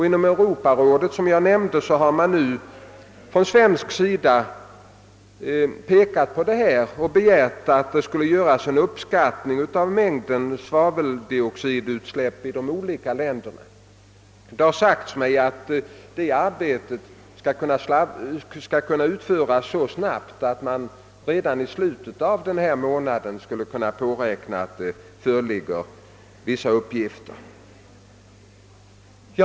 Inom Europarådet har man, som jag nämnde, från svensk sida betonat dessa problem och begärt att det skulle göras en uppskattning av mängden svaveldioxidutsläpp i de olika länderna. Det har sagts mig att det arbetet skall kunna utföras så snabbt att vi kan räkna med att vissa uppgifter kan föreligga redan i slutet av denna månad.